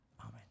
Amen